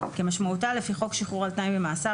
כמשמעותה לפי חוק שחרור על תנאי ממאסר,